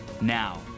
Now